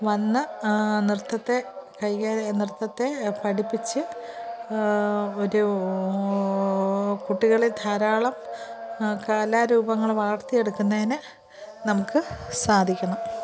വന്ന് നൃത്തത്തെ നൃത്തത്തെ പഠിപ്പിച്ച് ഒരു കുട്ടികളെ ധാരാളം കലാരൂപങ്ങൾ വളർത്തിയെടുക്കുന്നതിന് നമുക്ക് സാധിക്കുന്നു